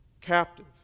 captive